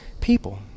people